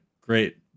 great